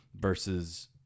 versus